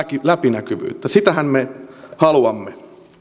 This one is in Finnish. läpinäkyvyyttä sitähän me haluamme